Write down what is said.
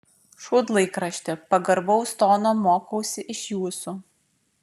šūdlaikrašti pagarbaus tono mokausi iš jūsų